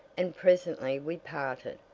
and presently we parted,